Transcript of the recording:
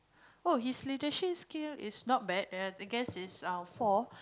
oh his leadership skill is not bad um I guess is um four